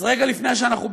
אז רגע לפני שאנחנו,